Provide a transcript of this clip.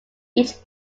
each